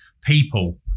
people